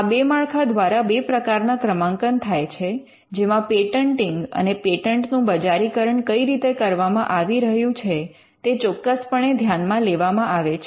આ બે માળખા દ્વારા બે પ્રકારના ક્રમાંકન થાય છે જેમાં પેટન્ટિંગ અને પેન્ટનું બજારીકરણ કઈ રીતે કરવામાં આવી રહ્યું છે તે ચોક્કસપણે ધ્યાનમાં લેવામાં આવે છે